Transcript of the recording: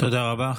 תודה רבה.